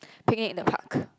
picnic in the park